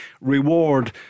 Reward